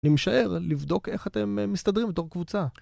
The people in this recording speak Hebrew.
אני משאר לבדוק איך אתם מסתדרים בתור קבוצה.